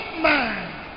man